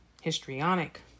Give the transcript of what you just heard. histrionic